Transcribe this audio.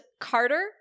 Carter